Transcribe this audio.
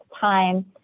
time